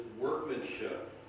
workmanship